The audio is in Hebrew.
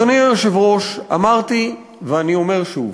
אדוני היושב-ראש, אמרתי ואני אומר שוב,